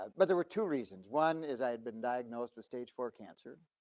but there were two reasons. one is i had been diagnosed with stage four cancer,